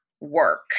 work